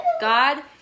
God